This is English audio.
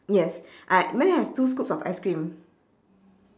yes I mine has two scoops of ice-cream